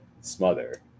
smother